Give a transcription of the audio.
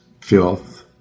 filth